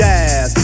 Jazz